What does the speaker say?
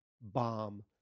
bomb